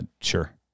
Sure